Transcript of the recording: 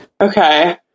okay